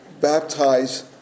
baptize